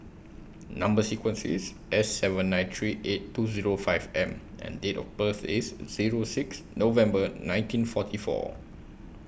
Number sequence IS S seven nine three eight two Zero five M and Date of birth IS Zero six November nineteen forty Our